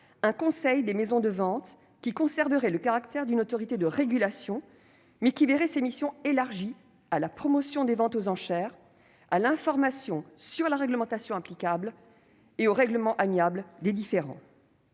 un Conseil des maisons de vente, qui conserverait le caractère d'une autorité de régulation, mais qui verrait ses missions élargies à la promotion des ventes aux enchères, à l'information sur la réglementation applicable et au règlement amiable des différends.